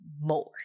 more